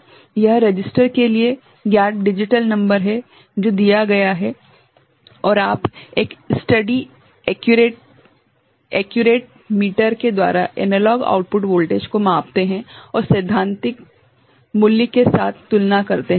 यह रजिस्टर के लिए ज्ञात डिजिटल नंबर है जो दिया गया है और आप एक स्टेडी एक्यूरेट मीटर के द्वारा एनालॉग आउटपुट वोल्टेज को मापते हैं और सैद्धांतिक मूल्य के साथ तुलना करते हैं